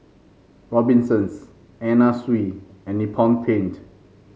Robinsons Anna Sui and Nippon Paint